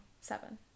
Seven